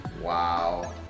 Wow